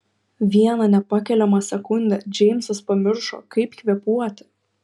vieną nepakeliamą sekundę džeimsas pamiršo kaip kvėpuoti